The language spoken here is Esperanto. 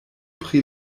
pri